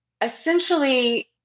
essentially